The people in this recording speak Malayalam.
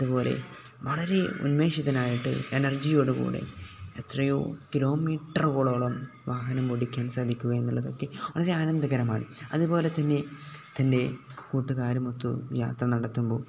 അതുപോലെ വളരെ ഉന്മേഷിതനായിട്ട് എനർജിയോടു കൂടെ എത്രയോ കിലോ മീറ്ററുകളോളം വാഹനം ഓടിക്കാൻ സാധിക്കുക എന്നുള്ളതൊക്കെ വളരെ ആനന്ദകരമാണ് അതുപോലെ തന്നെ തൻ്റെ കൂട്ടുകാരുമൊത്തു യാത്ര നടത്തുമ്പോള്